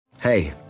Hey